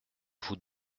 vous